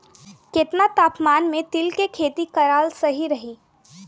केतना तापमान मे तिल के खेती कराल सही रही?